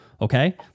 Okay